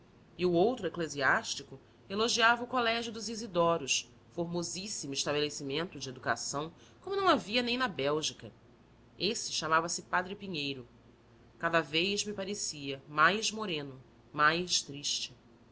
e o outro eclesiástico elogiava o colégio dos isidoros formosíssimo estabelecimento de educação como não havia nem na bélgica esse chamava-se padre pinheiro cada vez me parecia mais moreno mais triste